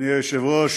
אדוני היושב-ראש,